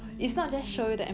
mm